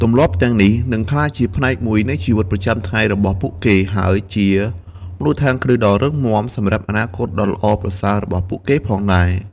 ទម្លាប់ទាំងនេះនឹងក្លាយជាផ្នែកមួយនៃជីវិតប្រចាំថ្ងៃរបស់ពួកគេ ហើយជា មូលដ្ឋានគ្រឹះដ៏រឹងមាំ សម្រាប់អនាគតដ៏ល្អប្រសើររបស់ពួកគេផងដែរ ។